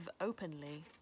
openly